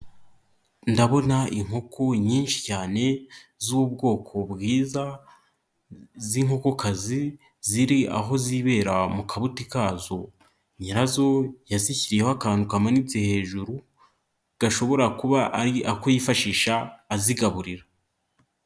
Ndabona inkoko nyinshi cyane z'ubwoko bwiza z'inkokokazi ziri aho zibera mu kabuti kazo, nyirazo yazishyiriyeho akantu kamanitse hejuru gashobora kuba ari ako yifashisha azigaburira.